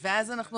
וששת אלפים ענו,